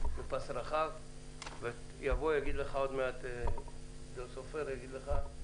בפס רחב, ועוד מעט יבוא עידו סופר ויגיד לך: